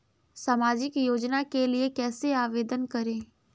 सामाजिक योजना के लिए कैसे आवेदन करें?